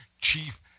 Chief